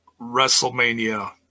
WrestleMania